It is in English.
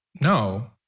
no